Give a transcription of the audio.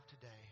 today